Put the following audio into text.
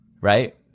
right